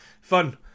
fun